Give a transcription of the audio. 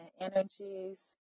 energies